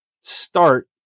start